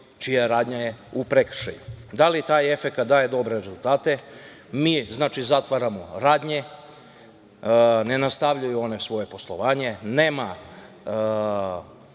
čija radnja je u prekršaju. Da li taj efekat daje dobre rezultate? Mi, znači, zatvaramo radnje, one ne nastavljaju svoje poslovanje, nema,